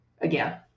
Again